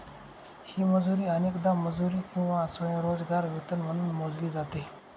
ही मजुरी अनेकदा मजुरी किंवा स्वयंरोजगार वेतन म्हणून मोजली जाते